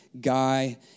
Guy